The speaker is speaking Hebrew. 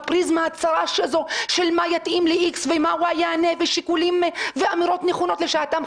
לפריזמה הצרה הזו של מה יתאים ל-X ומה Y יענה ואמירות נכונות לשעתן.